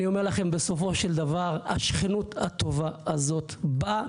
בסופו של דבר השכנות הטובה הזאת באה